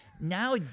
now